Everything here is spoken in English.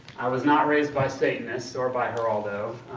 i was not raised by satanists, or by geraldo,